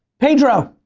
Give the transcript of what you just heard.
pedro?